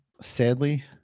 sadly